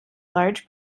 large